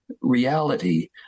reality